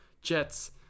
Jets